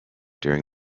during